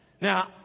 Now